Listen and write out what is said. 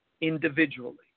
individually